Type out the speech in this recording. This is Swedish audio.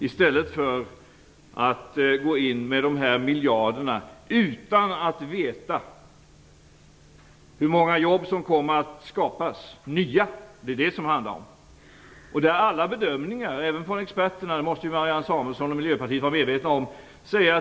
I stället går man in med de här miljarderna utan att veta hur många nya jobb som kommer att skapas. Alla bedömare, även experterna, säger att det inte blir särskilt många nya jobb - det måste ju Marianne Samuelsson och Miljöpartiet vara medvetet om.